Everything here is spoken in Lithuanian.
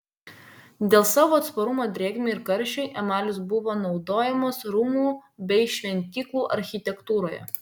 dėl savo atsparumo drėgmei ir karščiui emalis buvo naudojamas rūmų bei šventyklų architektūroje